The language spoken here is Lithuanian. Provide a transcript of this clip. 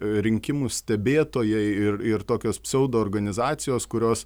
rinkimų stebėtojai ir ir tokios pseudo organizacijos kurios